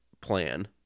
plan